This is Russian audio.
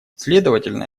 следовательно